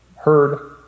heard